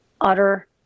utter